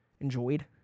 enjoyed